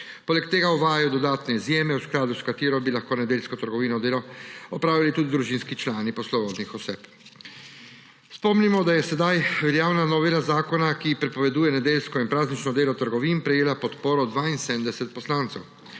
Poleg tega uvaja dodatno izjemo, v skladu s katero bi lahko nedeljsko delo v trgovini opravljali tudi družinski člani poslovodnih oseb. Spomnimo, da je zdaj veljavna novela zakona, ki prepoveduje nedeljsko in praznično delo trgovin, prejela podporo 72 poslancev.